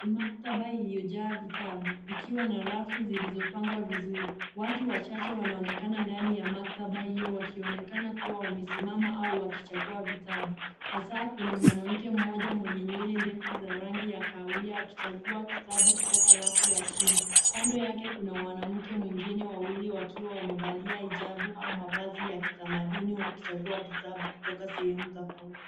Ni maktaba iliyojaa vitabu ikiwa na rafu zilizopangwa vizuri. Watu wachache wanaonekana ndani ya maktaba hiyo wakionekana kuwa wamesimama au wakichagua vitabu hasa kuna mwanamke mmoja mwenye nywele ndefu mwenye rangi za kahawia akichagua kitabu kutoka rafu ya chini. Kando yake kuna mwanamke mwingine wawili wakiwa wamevalia hijabu au mavazi ya kitamaduni wakichagua vitabu kutoka sehemu tofauti.